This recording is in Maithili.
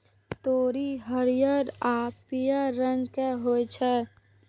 तोरी हरियर आ पीयर रंग के होइ छै